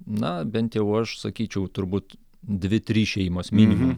na bent jau aš sakyčiau turbūt dvi trys šeimos minimum